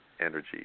energy